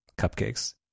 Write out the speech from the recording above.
cupcakes